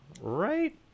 Right